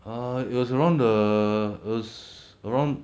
uh it was around the it was around